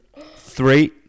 Three